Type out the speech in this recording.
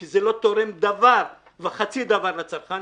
כי הוא לא תורם דבר וחצי דבר לצרכן.